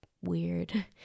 weird